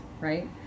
right